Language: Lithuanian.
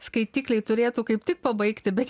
skaitikliai turėtų kaip tik pabaigti bet